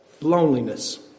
loneliness